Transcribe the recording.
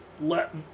let